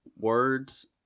Words